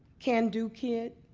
can do kid.